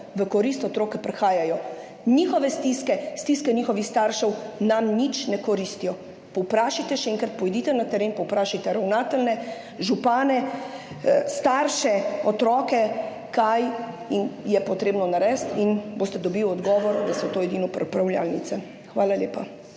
v korist otrok, ki prihajajo. Njihove stiske, stiske njihovih staršev nam nič ne koristijo. Povprašajte še enkrat, pojdite na teren, povprašajte ravnatelje, župane, starše, otroke, kaj je potrebno narediti, in boste dobili odgovor, da so to edino pripravljalnice. Hvala lepa.